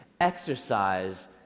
exercise